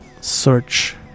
search